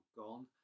gone